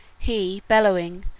he, bellowing,